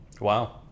Wow